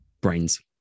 brains